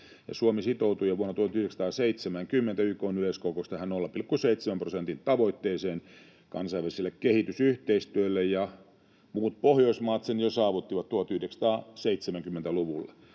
Suomi sitoutui jo vuonna 1970 YK:n yleiskokouksessa tähän 0,7 prosentin tavoitteeseen kansainväliselle kehitysyhteistyölle. Muut Pohjoismaat sen saavuttivat jo 1970-luvulla.